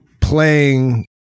playing